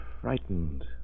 frightened